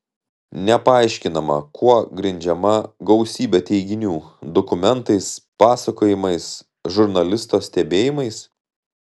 nepaaiškinama kuo grindžiama gausybė teiginių dokumentais pasakojimais žurnalisto stebėjimais